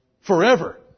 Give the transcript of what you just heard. Forever